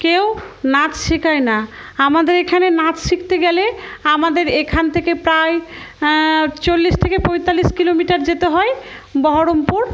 কেউ নাচ শেখায় না আমাদের এখানে নাচ শিখতে গেলে আমাদের এখান থেকে প্রায় চল্লিশ থেকে পঁয়তাল্লিশ কিলোমিটার যেতে হয় বহরমপুর